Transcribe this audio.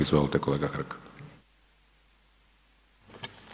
Izvolite, kolega Hrg.